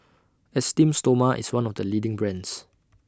Esteem Stoma IS one of The leading brands